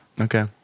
Okay